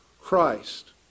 Christ